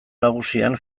nagusian